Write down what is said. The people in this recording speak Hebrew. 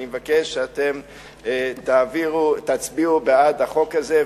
אני מבקש שתצביעו בעד החוק הזה.